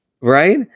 Right